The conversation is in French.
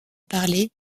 parler